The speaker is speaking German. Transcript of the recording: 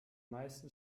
meisten